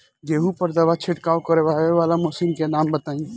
गेहूँ पर दवा छिड़काव करेवाला मशीनों के नाम बताई?